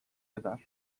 eder